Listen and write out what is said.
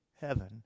heaven